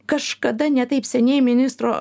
kažkada ne taip seniai ministro